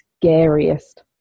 scariest